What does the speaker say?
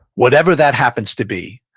whatever that happens to be,